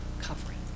covering